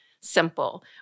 simple